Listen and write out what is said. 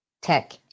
tech